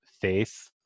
faith